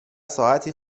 ساعتی